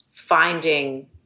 Finding